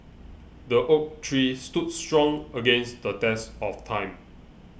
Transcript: the oak tree stood strong against the test of time